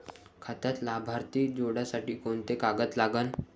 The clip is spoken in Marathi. खात्यात लाभार्थी जोडासाठी कोंते कागद लागन?